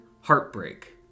Heartbreak